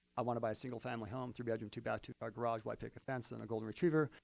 i want to buy a single family home, three bedroom, two bath, two car garage, white picket fence, and a golden retriever.